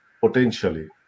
potentially